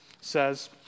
says